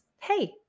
Hey